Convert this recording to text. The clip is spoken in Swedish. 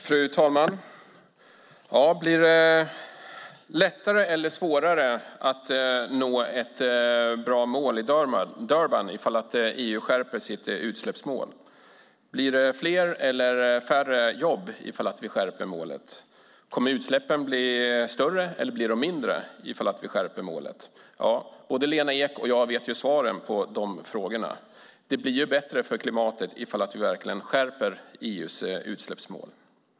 Fru talman! Blir det lättare eller svårare att nå ett bra mål i Durban om EU skärper sitt utsläppsmål? Blir det fler eller färre jobb om vi skärper målet? Kommer utsläppen att bli större eller mindre om vi skärper målet? Både Lena Ek och jag vet svaren på de frågorna. Det blir bättre för klimatet om vi verkligen skärper EU:s utsläppsmål.